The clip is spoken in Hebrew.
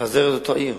נפזר את העיר,